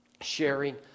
sharing